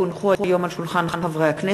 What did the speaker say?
כי הונחו היום על שולחן הכנסת,